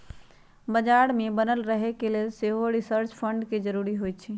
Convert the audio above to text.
बजार में बनल रहे के लेल सेहो रिसर्च फंड के जरूरी होइ छै